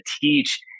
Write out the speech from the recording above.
teach